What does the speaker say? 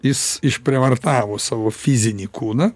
jis išprievartavo savo fizinį kūną